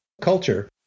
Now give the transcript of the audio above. culture